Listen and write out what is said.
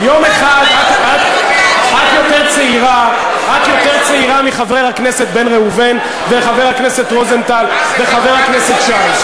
את יותר צעירה מחברי הכנסת בן ראובן וחבר הכנסת רוזנטל וחבר הכנסת שי,